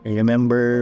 remember